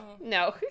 No